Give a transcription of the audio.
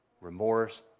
remorse